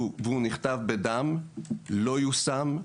והוא נכתב בדם לא יושם.